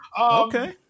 Okay